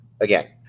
again